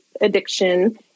addiction